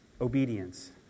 obedience